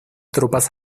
tropas